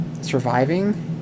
surviving